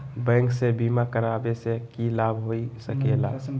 Bank से बिमा करावे से की लाभ होई सकेला?